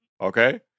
Okay